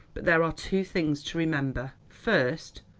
but there are two things to remember first,